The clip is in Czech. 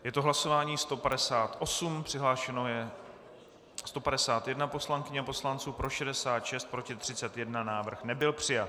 Je to hlasování 158, přihlášeno je 151 poslankyň a poslanců, pro 66, proti 31, návrh nebyl přijat.